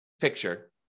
picture